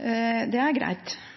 er greit, men det viktige er